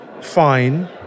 fine